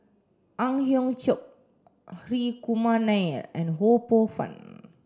Ang Hiong Chiok Hri Kumar Nair and Ho Poh Fun